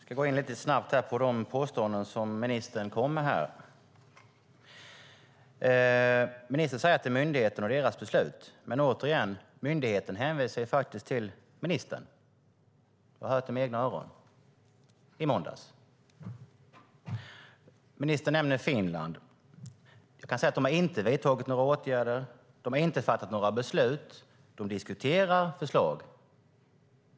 Fru talman! Jag ska kort gå in på de påståenden som ministern kom med. Ministern säger att det är myndighetens beslut, men myndigheten hänvisar faktiskt till ministern. Jag hörde det med egna öron i måndags. Ministern nämner Finland. Jag kan säga att de inte vidtagit några åtgärder och inte fattat några beslut. De diskuterar förslag.